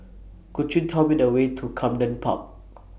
Could YOU Tell Me The Way to Camden Park